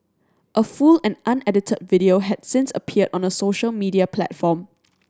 a full and unedited video had since appeared on a social media platform